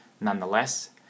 Nonetheless